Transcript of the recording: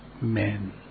men